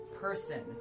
person